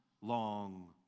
long